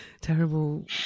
terrible